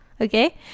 okay